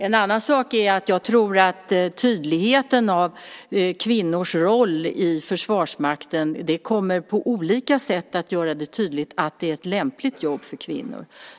En annan sak är att jag tror att kvinnors roll i Försvarsmakten på olika sätt kommer att göra det tydligt att det är ett lämpligt jobb för kvinnor.